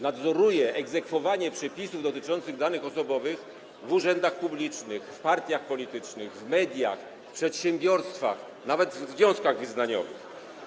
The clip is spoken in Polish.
Nadzoruje egzekwowanie przepisów dotyczących danych osobowych w urzędach publicznych, w partiach politycznych, w mediach, w przedsiębiorstwach, nawet w związkach wyznaniowych.